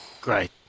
Great